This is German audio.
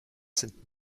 sind